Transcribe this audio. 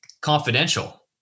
confidential